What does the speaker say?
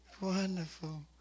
Wonderful